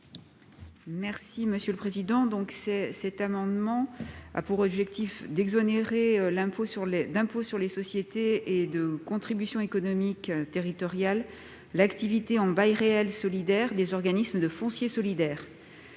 n° I-133 rectifié. Cet amendement a pour objectif d'exonérer d'impôt sur les sociétés et de contribution économique territoriale l'activité en bail réel solidaire des organismes de foncier solidaire